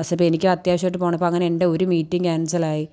ആസപൊ എനിക്കും അത്യാവശ്യമായിട്ട് പോവണം അപ്പോൾ അങ്ങനെ എൻ്റെ ഒരു മീറ്റിങ് ക്യാൻസൽ ആയി